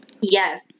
Yes